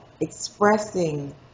expressing